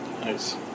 Nice